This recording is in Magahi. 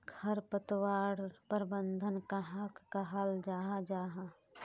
खरपतवार प्रबंधन कहाक कहाल जाहा जाहा?